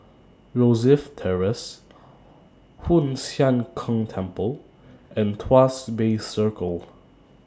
Rosyth Terrace Hoon Sian Keng Temple and Tuas Bay Circle